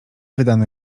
wydano